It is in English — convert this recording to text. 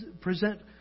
present